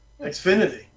Xfinity